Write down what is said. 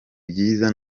byiza